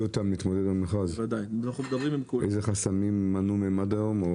אותם להתמודד על מכרז ואיזה חסמים מנעו מהם עד היום?